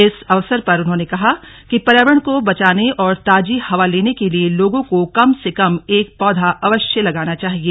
इस अवसर पर उन्होंने कहा कि पर्यावरण को बचाने और ताजी हवा लेने के लिए लोगों को कम से कम एक पौधा अवश्य लगाना चाहिए